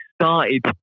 started